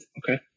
okay